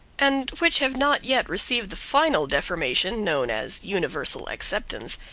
and which have not yet received the final deformation known as universal acceptance,